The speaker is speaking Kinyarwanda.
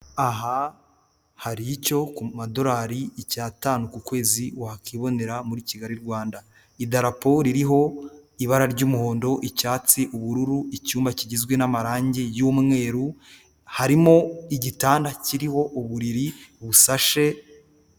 Aha hari icyo ku madorari icyatanu ku kwezi wakibonera muri Kigali Rwanda, idarapo ririho ibara ry'umuhondo, icyatsi, ubururu, icyumba kigizwe n'amarangi y'umweru, harimo igitanda kiriho uburiri busashe.